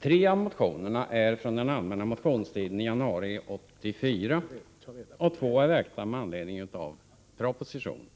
Tre av motionerna är från den allmänna motionstiden i januari 1984 och två är väckta med anledning av propositionen.